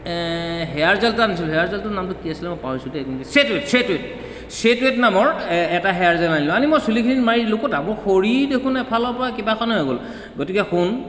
hair gel এটা আনিছিলো hair জেলটো নামটো কি আছিলে মই পাহৰিছো দেই Set Wet Set Wet Set Wet নামৰ এটা হেয়াৰ জেল আনিলো আনি মই চুলিখিনিত মাৰিলো ক'তা মোৰ সৰি দেখোন এফালৰ পৰা কিবাখনে হৈ গ'ল গতিকে শুন